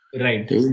Right